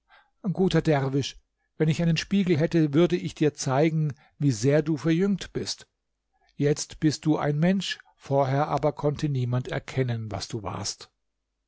guter derwisch wenn ich einen spiegel hätte so würde ich dir zeigen wie sehr du verjüngt bist jetzt bist du ein mensch vorher aber konnte niemand erkennen was du warst